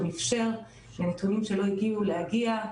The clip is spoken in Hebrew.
וגם איפשר לנתונים שלא הגיעו להגיע,